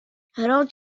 hrot